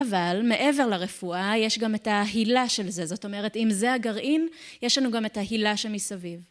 אבל מעבר לרפואה, יש גם את ההילה של זה, זאת אומרת, אם זה הגרעין, יש לנו גם את ההילה שמסביב.